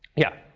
yeah?